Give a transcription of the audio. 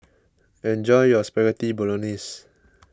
enjoy your Spaghetti Bolognese